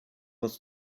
was